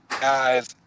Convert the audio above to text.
guys